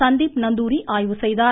சந்தீப் நந்தூரி ஆய்வு செய்தார்